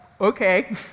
okay